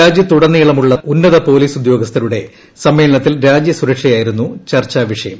രാജ്യത്തുടനീളമുളള ഉന്നതപ്പോലീസ് ഉദ്യോഗസ്ഥരുടെ സമ്മേളനത്തിൽ രാജ്യ സുരുക്ഷ്യായിരുന്നു ചർച്ചാ വിഷയം